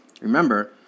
Remember